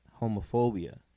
homophobia